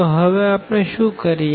તો હવે આપણે શુ કરીએ